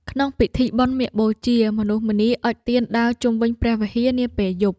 ក្នុងពិធីបុណ្យមាឃបូជា មនុស្សម្នាអុជទៀនដើរជុំវិញព្រះវិហារនាពេលយប់។